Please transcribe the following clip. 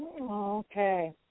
Okay